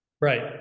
Right